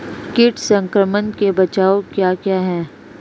कीट संक्रमण के बचाव क्या क्या हैं?